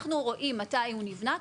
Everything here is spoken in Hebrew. אנחנו רואים מתי הוא נבנה.